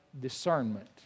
discernment